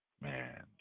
man